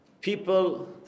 people